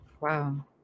Wow